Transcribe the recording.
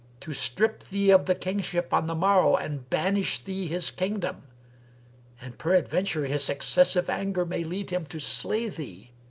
to strip thee of the kingship on the morrow and banish thee his kingdom and peradventure his excessive anger may lead him to slay thee.